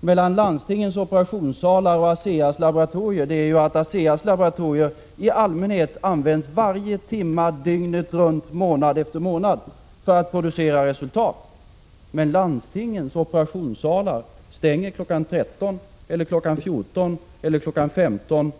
mellan landstingens operationssalar och ASEA:s laboratorier är att ASEA:s laboratorier i allmänhet används varje timme dygnet runt, månad efter månad för att man skall uppnå resultat. Men landstingens operationssalar stänger klockan 13, 14 eller 15.